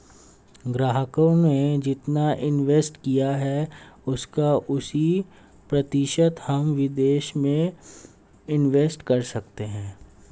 ग्राहकों ने जितना इंवेस्ट किया है उसका अस्सी प्रतिशत हम विदेश में इंवेस्ट कर सकते हैं